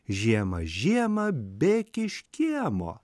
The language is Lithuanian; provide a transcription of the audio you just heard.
žiema žiema bėk iš kiemo